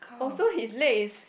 oh so his leg is